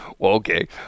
okay